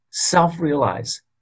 Self-realize